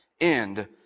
end